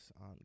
on